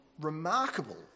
remarkable